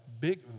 big